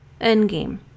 Endgame